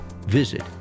visit